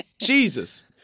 Jesus